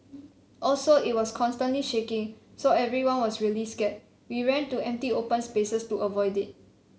also it was constantly shaking so everyone was really scared we ran to empty open spaces to avoid it